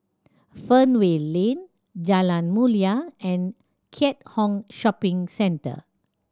Fernvale Lane Jalan Mulia and Keat Hong Shopping Centre